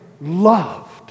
loved